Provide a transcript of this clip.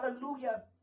hallelujah